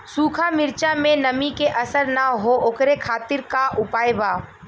सूखा मिर्चा में नमी के असर न हो ओकरे खातीर का उपाय बा?